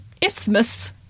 isthmus